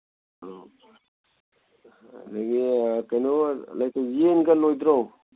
ꯑ ꯑꯗꯒꯤ ꯀꯩꯅꯣ ꯌꯦꯟꯒ ꯂꯣꯏꯗ꯭ꯔꯣ